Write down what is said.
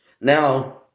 Now